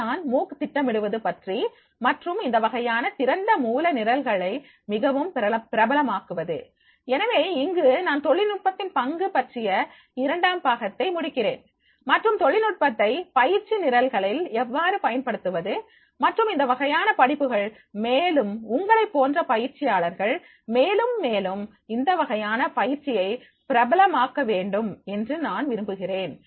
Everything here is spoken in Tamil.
இதுதான் மூக் திட்டமிடுவது பற்றி மற்றும் இந்தவகையான திறந்த மூல நிரல்களை மிக பிரபலமாக்குவது எனவே இங்கு நான் தொழில்நுட்பத்தின் பங்கு பற்றிய இரண்டாம் பாகத்தை முடிக்கிறேன் மற்றும் தொழில்நுட்பத்தை பயிற்சி நிரல்களில் எவ்வாறு பயன்படுத்துவது மற்றும் இந்த வகையான படிப்புகள் மேலும் உங்களைப் போன்ற பயிற்சியாளர்கள் மேலும் மேலும் இந்த வகையான பயிற்சியை பிரபலமாக்க வேண்டும் என்று நான் விரும்புகிறேன்